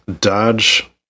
Dodge